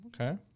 Okay